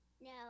No